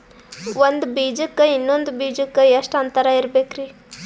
ಒಂದ್ ಬೀಜಕ್ಕ ಇನ್ನೊಂದು ಬೀಜಕ್ಕ ಎಷ್ಟ್ ಅಂತರ ಇರಬೇಕ್ರಿ?